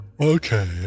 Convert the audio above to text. Okay